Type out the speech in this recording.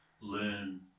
learn